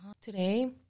Today